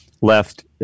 left